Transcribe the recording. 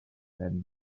them